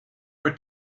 were